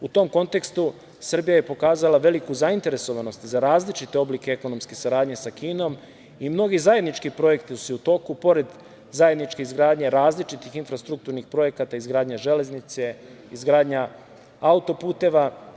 U tom kontekstu, Srbija je pokazala veliku zainteresovanost za različite oblike ekonomske saradnje sa Kinom i mnogi zajednički projekti su u toku, pored zajedničke izgradnje različitih infrastrukturnih projekata izgradnje železnice, izgradnja auto-puteva.